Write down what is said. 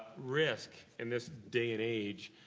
risk, in this day and age,